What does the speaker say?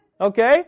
okay